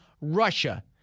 Russia